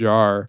Jar